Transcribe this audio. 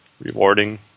rewarding